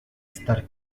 estar